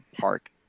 park